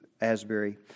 Asbury